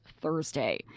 Thursday